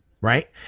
right